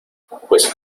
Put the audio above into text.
pues